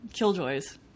Killjoys